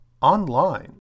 online